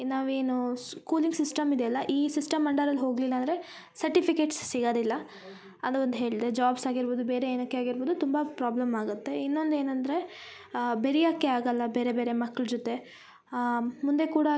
ನಾವೇನು schooling system ಇದೆಯಲ್ಲ ಈ ಸಿಸ್ಟಮ್ ಅಂಡರ್ ಹೋಗಲಿಲ್ಲ ಅಂದರೆ ಸರ್ಟಿಫಿಕೇಟ್ ಸಿಗದಿಲ್ಲ ಅದು ಒಂದು ಹೇಳ್ದೆ ಜಾಬ್ಸ್ ಆಗಿರ್ಬೋದು ಬೇರೆ ಏನಕ್ಕೆ ಆಗಿರ್ಬೋದು ತುಂಬ ಪ್ರಾಬ್ಲಮ್ ಆಗತ್ತೆ ಇನ್ನೊಂದು ಏನಂದರೆ ಬೆರಿಯಾಕೆ ಆಗಲ್ಲ ಬೇರೆ ಮಕ್ಳ ಜೊತೆ ಮುಂದೆ ಕೂಡ ಆಗಿರ್ಬೋದು